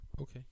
Okay